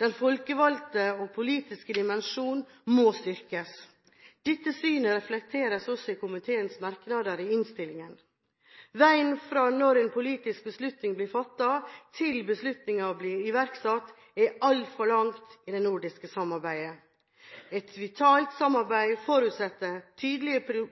Den folkevalgte og politiske dimensjon må styrkes. Dette synet reflekteres også i komiteens merknader i innstillingen. Veien fra en politisk beslutning blir fattet, og til beslutningen blir iverksatt, er altfor lang i det nordiske samarbeidet. Et vitalt samarbeid forutsetter tydelige